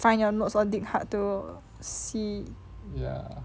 find your notes or dig hard to see